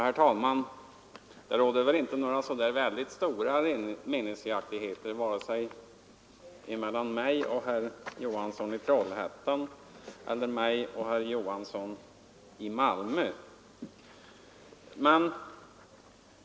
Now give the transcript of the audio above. Herr talman! Det råder inte så stora meningsskiljaktigheter vare sig mellan mig och herr Johansson i Trollhättan eller mellan mig och herr Johansson i Malmö.